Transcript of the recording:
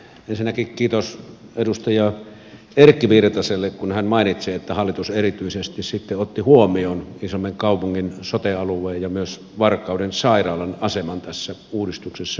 ensinnäkin kiitos edustaja erkki virtaselle kun hän mainitsi että hallitus erityisesti otti huomioon iisalmen kaupungin sote alueen ja myös varkauden sairaalan aseman tässä uudistuksessa